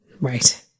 Right